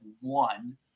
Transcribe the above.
one